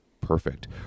perfect